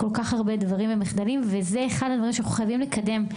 כל כך הרבה דברים ומחדלים וזה אחד הדברים שאנחנו חייבים לקדם.